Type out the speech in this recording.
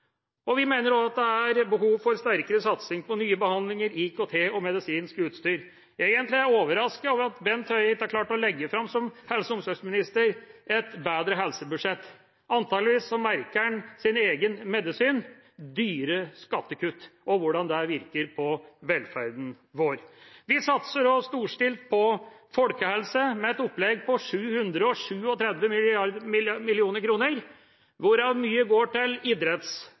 kr. Vi mener også at det er behov for sterkere satsing på nye behandlinger, IKT og medisinsk utstyr. Egentlig er jeg overrasket over at Bent Høie som helse- og omsorgsminister ikke har klart å legge fram et bedre helsebudsjett. Antakeligvis merker han sin egen medisin, dyre skattekutt, og hvordan det virker på velferden vår. Vi satser også storstilt på folkehelse, med et opplegg på 737 mill. kr, hvorav mye går til